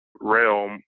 realm